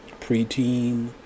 preteen